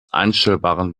einstellbaren